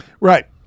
Right